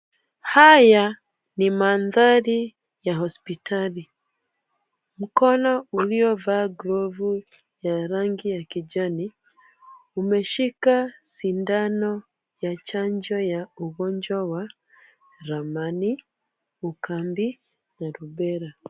Haya ni mandhari ya hospitali, mkono uliovaa glovu ya rangi ya kijani umeshika sindano ya chanjo ya ugonjwa wa ramani, ukambi na rubella.